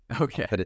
Okay